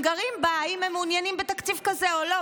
גרים בה אם הם מעוניינים בתקציב כזה או לא,